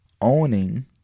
owning